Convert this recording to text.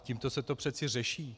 Tímto se to přece řeší.